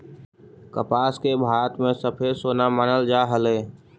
कपास के भारत में सफेद सोना मानल जा हलई